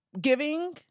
giving